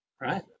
right